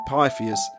Pythias